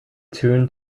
tune